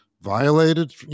violated